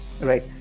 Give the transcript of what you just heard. Right